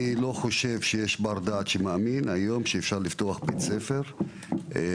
אני לא חושב שיש בר דעת שמאמין שאפשר לפתוח בית ספר בלי